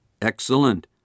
Excellent